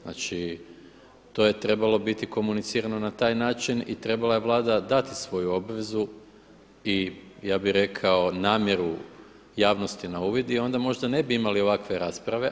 Znači to je trebalo biti komunicirano na taj način i trebala je Vlada dati svoju obvezu i namjeru javnosti na uvid i onda možda ne bi imali ovakve rasprave.